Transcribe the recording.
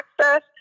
access